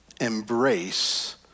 Embrace